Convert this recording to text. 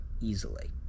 easily